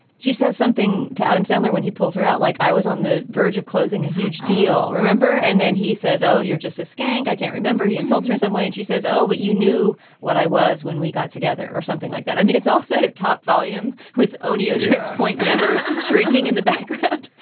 she says something to adam sandler when he pulls her out, like i was on the verge of closing a huge deal, remember? and then he says, oh, you're just a skank. i can't remember. he insults her in some way. and she says, oh, but you knew what i was when we got together or something like that i mean, it's all set at top volume with only a ah point ever shrieking in the background.